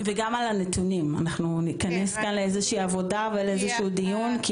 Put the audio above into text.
וגם על הנתונים אנחנו נתכנס כאן לאיזושהי עבודה ולאיזשהו דיון,